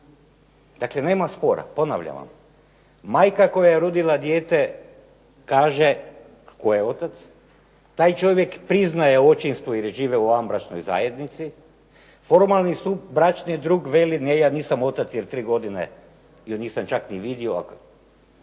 Dakle, nema spora. Ponavljam vam, majka koja je rodila dijete kaže tko je otac, taj čovjek priznaje očinstvo jer žive u vanbračnoj zajednici, formalni bračni drug veli: "Ne ja nisam otac jer 3 godine ju nisam čak ni vidio,